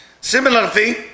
Similarly